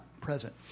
present